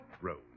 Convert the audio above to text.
rose